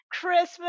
Christmas